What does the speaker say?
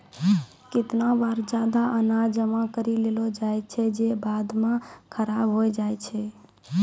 केतना बार जादा अनाज जमा करि लेलो जाय छै जे बाद म खराब होय जाय छै